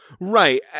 Right